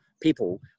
people